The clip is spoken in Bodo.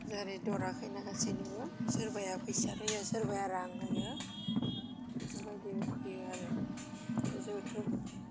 जेरै दरा खैना गासिनिबो सोरबाया फैसा होयो सोरबाया रां होयो बेफोरबायदि होयो आरो जथुम